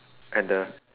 and the